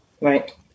Right